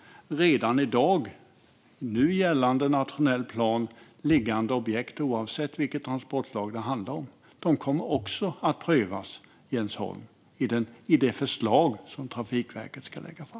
Nu gällande nationell plan och liggande objekt, oavsett vilket transportslag det handlar om, kommer också att prövas, Jens Holm, i det förslag som Trafikverket ska lägga fram.